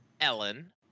ellen